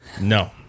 No